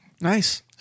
Nice